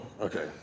okay